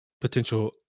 potential